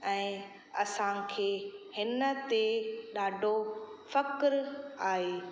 ऐं असांखे हिन ते ॾाढो फ़ख़्रु आहे